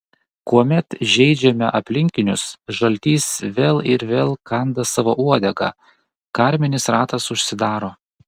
kuomet žeidžiame aplinkinius žaltys vėl ir vėl kanda savo uodegą karminis ratas užsidaro